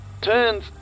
turns